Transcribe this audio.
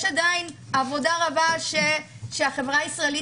יש עדיין עבודה רבה שהחברה הישראלית